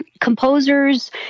composers